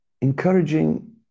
encouraging